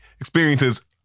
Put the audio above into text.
experiences